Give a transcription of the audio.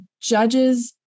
judge's